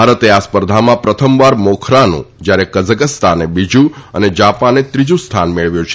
ભારતે આ સ્પર્ધામાં પ્રથમવાર મોખરાનું જ્યારે કઝકસ્તાને બીજું અને જાપાને ત્રીજું સ્થાન મેળવ્યું છે